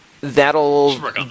That'll